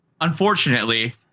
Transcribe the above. unfortunately